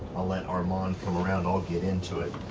i'll let armand come around, i'll get into it.